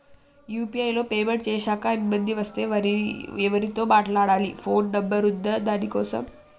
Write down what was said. UPI లో payment చేశాక ఇబ్బంది వస్తే ఎవరితో మాట్లాడాలి? ఫోన్ నంబర్ ఉందా దీనికోసం?